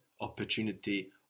Opportunity